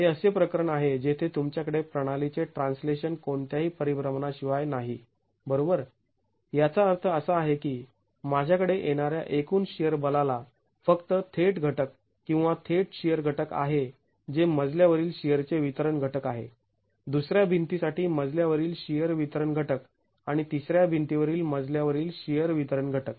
हे असे प्रकरण आहे जेथे तुमच्याकडे प्रणालीचे ट्रान्सलेशन कोणत्याही परिभ्रमणा शिवाय नाही बरोबर याचा अर्थ असा आहे की माझ्याकडे येणाऱ्या एकूण शिअर बलाला फक्त थेट घटक किंवा थेट शिअर घटक आहे जे मजल्या वरील शिअरचे वितरण घटक आहे दुसऱ्या भिंतीसाठी मजल्या वरील शिअर वितरण घटक आणि तिसर्या भिंतीवरील मजल्या वरील शिअर वितरण घटक